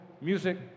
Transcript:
Music